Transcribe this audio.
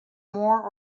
more